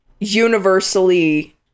universally